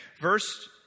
Verse